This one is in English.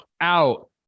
out